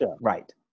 right